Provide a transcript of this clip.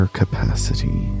capacity